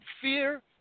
fear